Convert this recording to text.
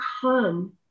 come